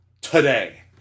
today